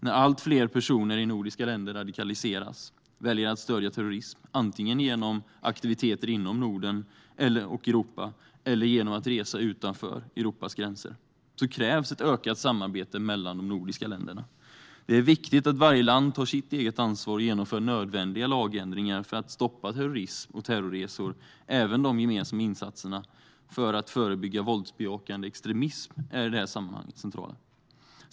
När allt fler personer i nordiska länder radikaliseras, väljer att stödja terrorism, antingen genom aktiviteter inom Norden och Europa eller genom att resa utanför Europas gränser, krävs ett ökat samarbete mellan de nordiska länderna. Det är viktigt att varje land tar sitt eget ansvar och genomför nödvändiga lagändringar för att stoppa terrorism och terrorresor. Även de gemensamma insatserna för att förebygga våldsbejakande extremism är i det här sammanhanget centrala.